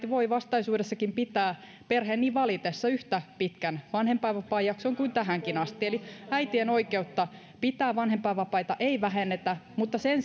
voi vastaisuudessakin pitää perheen niin valitessa yhtä pitkän vanhempainvapaajakson kuin tähänkin asti eli äitien oikeutta pitää vanhempainvapaita ei vähennetä sen